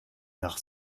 nach